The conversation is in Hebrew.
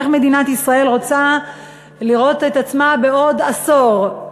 איך מדינת ישראל רוצה לראות את עצמה בעוד עשור,